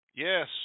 Yes